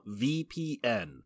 VPN